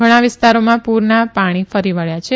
ઘણા વિસ્તારોમાં પૂરના પાણી ફરી વળ્યા છે